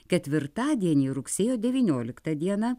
ketvirtadienį rugsėjo devynioliktą dieną